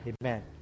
Amen